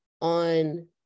on